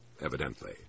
evidently